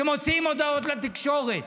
שמוציאים הודעות לתקשורת.